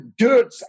dirts